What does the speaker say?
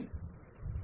तीसरा नियंत्रण है